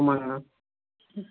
ஆமாங்கண்ணா